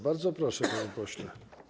Bardzo proszę, panie pośle.